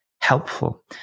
helpful